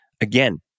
Again